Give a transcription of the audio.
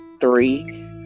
three